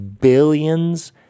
Billions